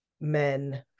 men